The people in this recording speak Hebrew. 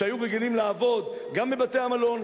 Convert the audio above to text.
שהיו רגילים לעבוד גם בבתי-המלון,